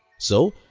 so,